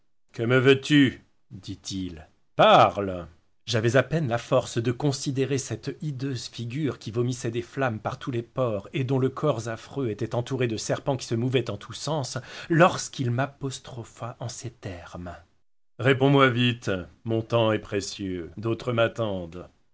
que me veux-tu dit-il parle j'avais à peine la force de considérer cette hideuse figure qui vomissoit des flammes par tous les pores et dont le corps affreux était entouré de serpens qui se mouvaient en tous sens lorsqu'il m'apostropha en ces termes réponds-moi vite mon tems est précieux d'autres m'attendent